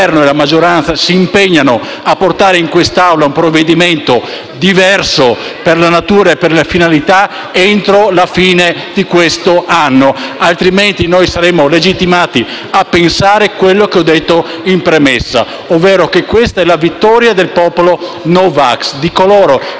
il Governo e la maggioranza si impegnano a portare in quest'Aula un provvedimento diverso, per la natura e per le finalità, entro la fine di quest'anno. In caso contrario, noi saremo legittimati a pensare quello che ho detto in premessa, ovvero che questa è la vittoria del popolo No Vax, di coloro